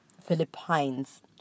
Philippines